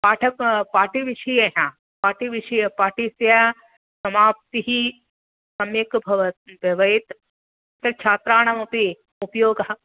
पठ पाठ्यविषये पाठ्यविषये पाठ्यस्य समाप्तिः सम्यक् भवति भवेत् छात्राणामपि उपयोगः